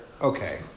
Okay